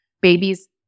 babies